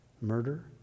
murder